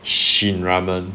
Shin Ramyun